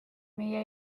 meie